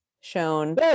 shown